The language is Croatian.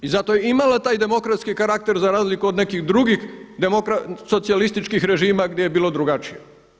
I zato je imala taj demokratski karakter za razliku od nekih drugih socijalističkih režima gdje je bilo drugačije.